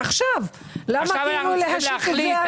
עכשיו למה להשית את זה עליהם?